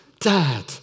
Dad